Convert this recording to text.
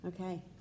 okay